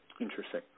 Interesting